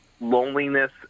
loneliness